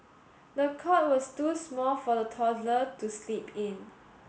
the cot was too small for the toddler to sleep in